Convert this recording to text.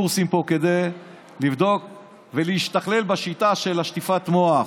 קורסים כדי לבדוק ולהשתכלל בשיטה של שטיפת המוח,